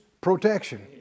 protection